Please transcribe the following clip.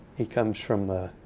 he comes from a